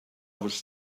was